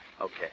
Okay